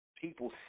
people